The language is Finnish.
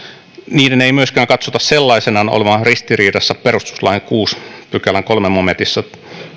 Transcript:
niiden ei myöskään katsota sellaisenaan olevan ristiriidassa perustuslain kuudennen pykälän kolmannessa momentissa